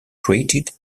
created